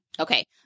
Okay